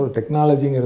technology